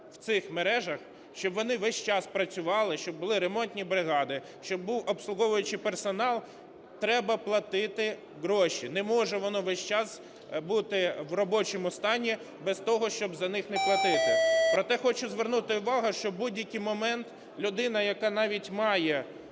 в цих мережах, щоб вони весь час працювали, щоб були ремонтні бригади, щоб був обслуговуючий персонал, треба платити гроші. Не може воно весь час бути в робочому стані без того, щоб за них не платити. Проте хочу звернути увагу, що в будь-який момент людина, яка навіть має